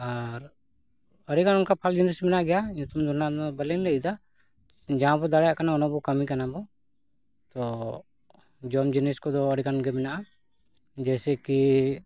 ᱟᱨ ᱟᱹᱰᱤ ᱜᱟᱱ ᱚᱱᱠᱟ ᱯᱷᱚᱞ ᱡᱤᱱᱤᱥ ᱢᱮᱱᱟᱜ ᱜᱮᱭᱟ ᱧᱩᱛᱩᱢ ᱫᱚ ᱱᱟᱦᱟᱸᱜ ᱵᱟᱞᱤᱧ ᱞᱟᱹᱭᱫᱟ ᱡᱟᱦᱟᱸ ᱵᱚᱱ ᱫᱟᱲᱮᱭᱟᱜ ᱠᱟᱱᱟ ᱚᱱᱟ ᱵᱚᱱ ᱠᱟᱹᱢᱤ ᱠᱟᱱᱟ ᱵᱚᱱ ᱛᱚ ᱡᱚᱢ ᱡᱤᱱᱤᱥ ᱠᱚᱫᱚ ᱟᱹᱰᱤ ᱜᱟᱱ ᱜᱮ ᱢᱮᱱᱟᱜᱼᱟ ᱡᱮᱭᱥᱮᱠᱤ